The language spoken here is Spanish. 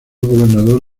gobernador